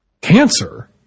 cancer